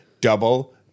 Double